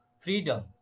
freedom